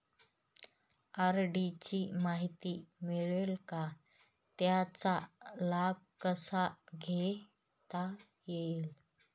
RD ची माहिती मिळेल का, त्याचा लाभ कसा घेता येईल?